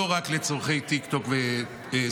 לא רק לצורכי טיקטוק וסרטונים,